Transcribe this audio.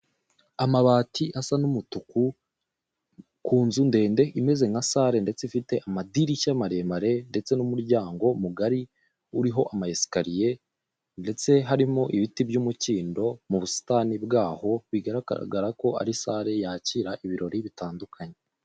Amabati asa n'umutuku ku nzu ndende imeze nka sale ndetse ifite amadirishya maremare, ndetse n'umuryango mugari, uriho amascariye ndetse harimo ibiti by'umukindo mu busitani bwaho bigaragara ko ari sale yakira ibirori bitandukanye.